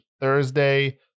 Thursday